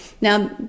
Now